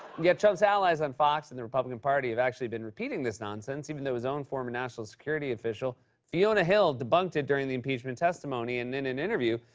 yet, trump's allies on fox and the republican party have actually been repeating this nonsense, even though his own former national security official fiona hill debunked it during the impeachment testimony. and, in an interview,